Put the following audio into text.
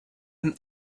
and